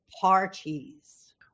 parties